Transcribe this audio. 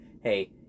hey